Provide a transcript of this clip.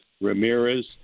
ramirez